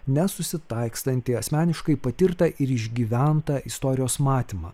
nesusitaikstantį asmeniškai patirtą ir išgyventą istorijos matymą